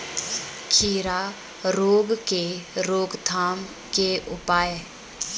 खीरा रोग के रोकथाम के उपाय?